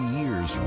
years